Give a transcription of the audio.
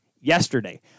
yesterday